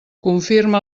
confirma